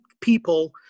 people